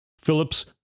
Phillips